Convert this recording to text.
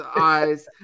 eyes